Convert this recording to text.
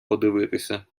подивитися